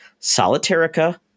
Solitarica